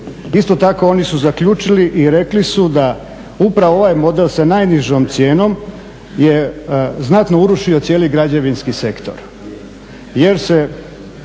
Isto tako oni su zaključili i rekli su da upravo ovaj model sa najnižom cijenom je znatno urušio cijeli građevinski sektor